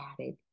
added